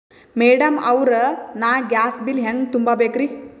Madam ಅವ್ರ, ನಾ gas bill ಹೆಂಗ ತುಂಬಾ ಬೇಕ್ರಿ?